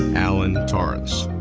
alan torrance.